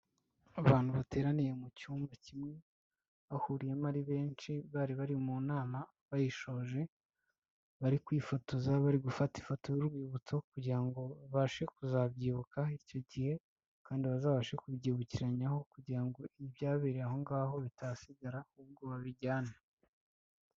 Abantu bateraniye mu cyumba kimwe bahuriyemo ari benshi bari bari mu nama bayishoje, bari kwifotoza bari gufata ifoto y'urwibutso kugira ngo babashe kuzabyibuka icyo gihe kandi bazabashe kubyibukiranyaho kugira ngo ibyabereye aho ngaho bitahasigara ahubwo babijyane.